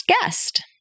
guest